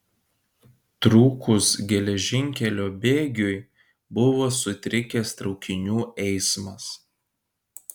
trūkus geležinkelio bėgiui buvo sutrikęs traukinių eismas